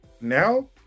now